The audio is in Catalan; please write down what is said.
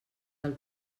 del